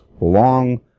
long